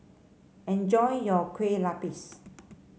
enjoy your Kue Lupis